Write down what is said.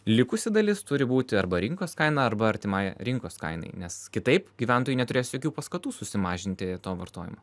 likusi dalis turi būti arba rinkos kaina arba artima rinkos kainai nes kitaip gyventojai neturės jokių paskatų susimažinti to vartojimo